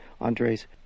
Andres